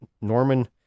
Norman